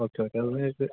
okay okay